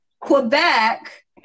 Quebec